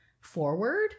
forward